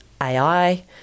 AI